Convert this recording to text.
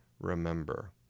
remember